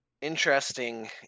interesting